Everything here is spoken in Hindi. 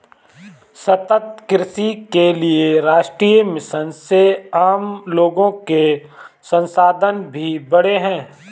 सतत कृषि के लिए राष्ट्रीय मिशन से आम लोगो के संसाधन भी बढ़े है